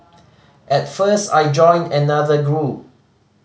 at first I joined another group